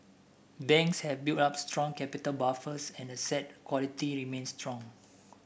banks have built up strong capital buffers and asset quality remains strong